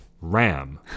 RAM